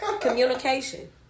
Communication